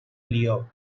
lió